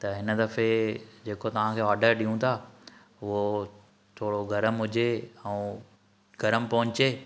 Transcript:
त हिन दफ़े जेको तव्हां खे ऑर्डर ॾियूं था उहो थोरो गरमु हुजे ऐं गरमु पहुंचे